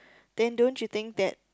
then don't you think that